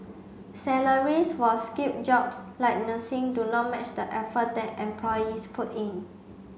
salaries for skilled jobs like nursing do not match the effort that employees put in